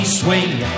swing